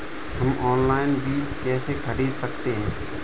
हम ऑनलाइन बीज कैसे खरीद सकते हैं?